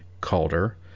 Calder